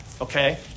Okay